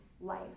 life